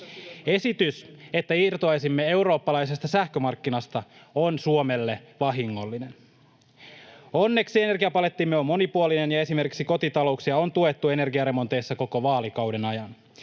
Esitys, että irtoaisimme eurooppalaisesta sähkömarkkinasta, on Suomelle vahingollinen. Onneksi energiapalettimme on monipuolinen ja esimerkiksi kotitalouksia on tuettu energiaremonteissa koko vaalikauden ajan.